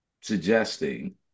suggesting